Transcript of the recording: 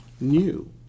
new